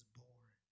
born